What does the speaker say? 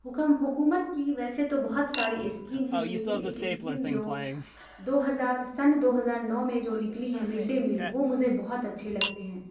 حکم حکومت کی ویسے تو بہت ساری اسکیم ہیں لیکن ایک اسکیم جو دو ہزار سن دو ہزار نو میں جو نکلی ہے مڈ ڈے میل وہ مجھے بہت اچھے لگتے ہیں